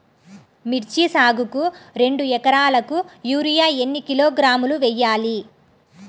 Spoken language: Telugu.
మిర్చి సాగుకు రెండు ఏకరాలకు యూరియా ఏన్ని కిలోగ్రాములు వేయాలి?